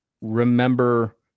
remember